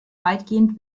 weitgehend